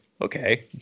okay